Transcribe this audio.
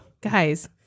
Guys